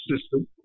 system